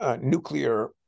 nuclear